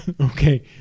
okay